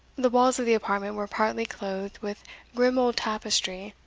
the walls of the apartment were partly clothed with grim old tapestry,